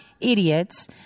idiots